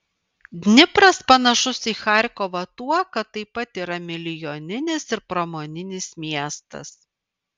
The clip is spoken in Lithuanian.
dnipras panašus į charkovą tuo kad taip pat yra milijoninis ir pramoninis miestas